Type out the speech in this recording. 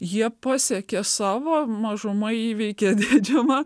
jie pasiekė savo mažuma įveikė didžiumą